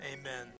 Amen